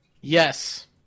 Yes